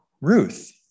Ruth